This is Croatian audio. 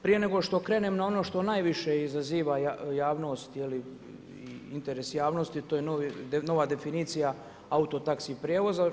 Prije nego što krenem na ono što najviše izaziva javnost interes javnosti to je nova definicija auto taxi prijevoza.